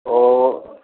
তো